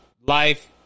life